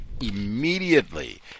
immediately